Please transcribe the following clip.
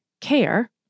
care